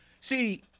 See